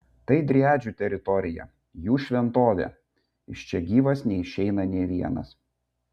tai driadžių teritorija jų šventovė iš čia gyvas neišeina nė vienas